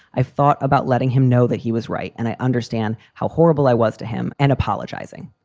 i've thought about letting him know that he was right and i understand how horrible i was to him and apologizing.